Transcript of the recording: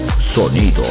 sonido